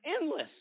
endless